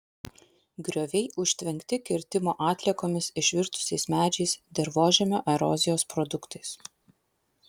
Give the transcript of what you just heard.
grioviai užtvenkti kirtimo atliekomis išvirtusiais medžiais dirvožemio erozijos produktais